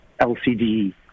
LCD